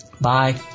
Bye